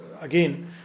again